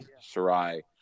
Sarai